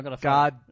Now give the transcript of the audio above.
God